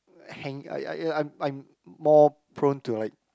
I hang I I I'm I'm more prone to like